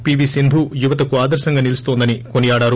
PV Sindhu యువతకు ఆదర్రంగా నిలుస్తోందని కొనియాడారు